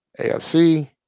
AFC